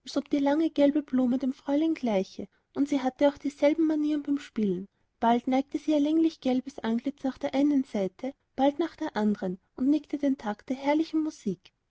die lange gelbe blume dem fräulein gleiche und sie hatte auch dieselben manieren beim spielen bald neigte sie ihr länglich gelbes antlitz nach der einen seite bald nach der andern und nickte den takt zur herrlichen musik